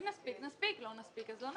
אם נספיק, נספיק, לא נספיק, לא נספיק.